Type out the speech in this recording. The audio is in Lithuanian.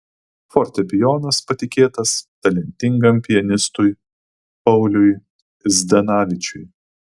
fortepijonas patikėtas talentingam pianistui pauliui zdanavičiui